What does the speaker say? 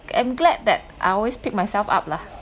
I'm glad that I always pick myself up lah